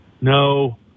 No